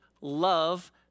love